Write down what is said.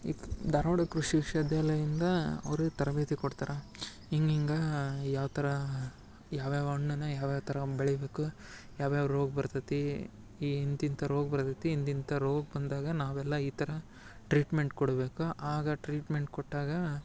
ಈಗ್ ಧಾರವಾಡ ಕೃಷಿ ವಿಶ್ವವಿದ್ಯಾಲಯದಿಂದ ಅವರೇ ತರಬೇತಿ ಕೊಡ್ತಾರೆ ಹಿಂಗಿಂಗ ಯಾವ ಥರ ಯಾವ್ಯಾವ ಹಣ್ಣುನ್ನ ಯಾವ್ಯಾವ ಥರ ಬೆಳಿಬೇಕು ಯಾವ್ಯಾವ ರೋಗ ಬರ್ತೈತಿ ಈ ಇಂಥಿಂಥ ರೋಗ ಬರ್ತೈತಿ ಇಂಥಿಂಥ ರೋಗ ಬಂದಾಗ ನಾವೆಲ್ಲ ಈ ಥರ ಟ್ರೀಟ್ಮೆಂಟ್ ಕೊಡ್ಬೇಕು ಆಗ ಟ್ರೀಟ್ಮೆಂಟ್ ಕೊಟ್ಟಾಗ